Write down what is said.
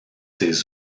ses